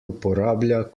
uporablja